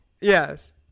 Yes